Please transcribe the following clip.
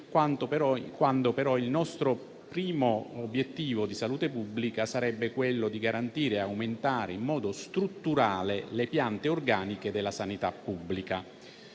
quando però il nostro primo obiettivo di salute pubblica sarebbe quello di garantire e aumentare in modo strutturale le piante organiche della sanità pubblica.